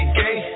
gay